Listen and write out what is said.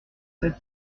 sept